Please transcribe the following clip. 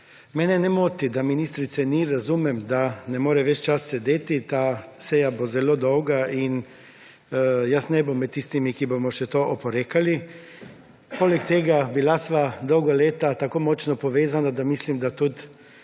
Mene ne moti, da ministrice ni, razumem, da ne more ves čas sedeti, ta seja bo zelo dolga in ne bom med tistimi, ki ji bomo še to oporekali. Poleg tega sva bila dolga leta tako močno povezana, da mislim, da tudi